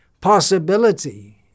possibility